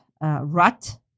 rut